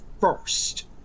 first